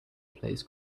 plays